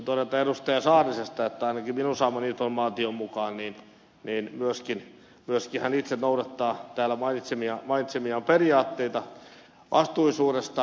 saarisesta että ainakin minun saamani informaation mukaan myöskin hän itse noudattaa täällä mainitsemiaan periaatteita vastuullisuudesta